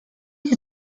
ich